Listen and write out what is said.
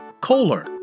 Kohler